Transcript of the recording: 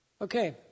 Okay